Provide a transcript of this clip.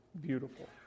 beautiful